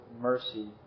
mercy